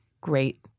great